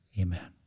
Amen